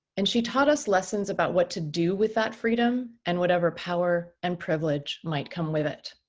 and she taught us lessons about what to do with that freedom and whatever power and privilege might come with it.